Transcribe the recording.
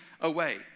away